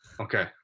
Okay